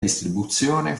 distribuzione